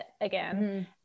again